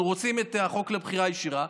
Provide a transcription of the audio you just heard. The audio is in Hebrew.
אנחנו רוצים את החוק לבחירה ישירה,